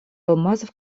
алмазов